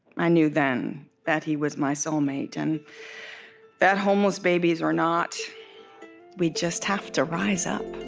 i knew then that he was my soulmate and that homeless babies were not we just have to rise up.